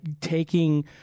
taking